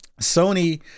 Sony